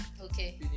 Okay